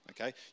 okay